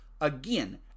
Again